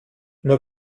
nur